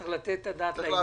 צריך לתת את הדעת לעניין.